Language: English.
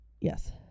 Yes